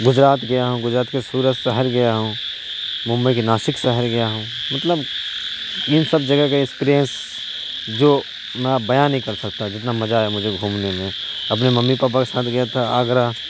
گجرات گیا ہوں گجرات کے سورت شہر گیا ہوں ممبئی کے ناسک شہر گیا ہوں مطلب ان سب جگہ کا ایکسپریئنس جو میں اب بیاں نہیں کر سکتا جتنا مزہ آیا مجھے گھومنے میں اپنے ممی پاپا کے ساتھ گیا تھا آگرہ